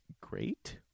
great